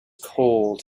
cold